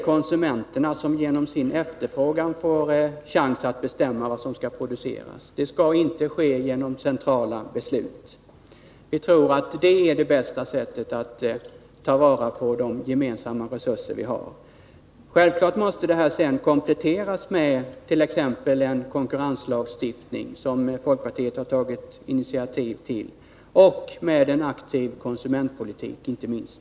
Konsumenterna skall genom sin efterfrågan få en chans att bestämma vad " som skall produceras. Det skall inte ske genom centrala beslut. Vi tror att detta är det bästa sättet att ta vara på de gemensamma resurserna. Självklart måste detta sedan kompletteras med t.ex. en konkurrenslagstiftning, vilket folkpartiet har tagit initiativ till, och med en aktiv konsumentpolitik inte minst.